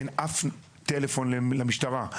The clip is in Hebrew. אין אף טלפון למשטרה.